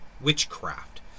Witchcraft